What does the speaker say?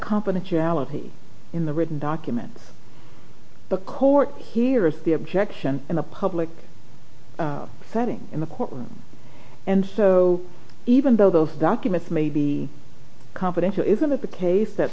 generality in the written documents the court hears the objection in the public setting in the courtroom and so even though those documents may be confidential isn't it the case that